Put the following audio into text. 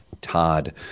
Todd